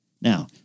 Now